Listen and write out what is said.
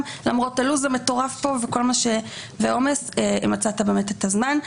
למרות הלו"ז המטורף פה וכל העומס מצאת באמת את הזמן,